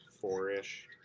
four-ish